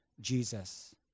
Jesus